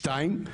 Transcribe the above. שתיים,